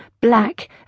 black